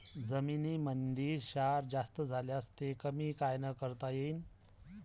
जमीनीमंदी क्षार जास्त झाल्यास ते कमी कायनं करता येईन?